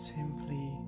Simply